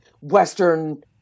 Western